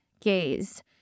gaze